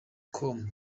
com